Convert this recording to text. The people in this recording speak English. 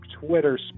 Twitter